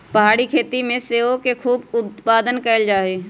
पहारी खेती में सेओ के खूब उत्पादन कएल जाइ छइ